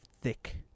thick